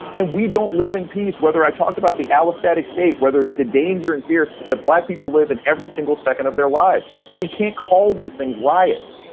and and we don't live in peace. whether i talked about the allostatic state, whether it's the danger and fear that black people live in every single second of their lives. so we can't call these things riots.